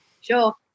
Sure